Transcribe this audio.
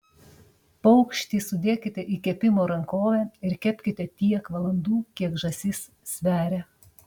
paukštį sudėkite į kepimo rankovę ir kepkite tiek valandų kiek žąsis sveria